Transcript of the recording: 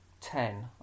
ten